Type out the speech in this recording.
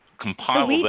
compile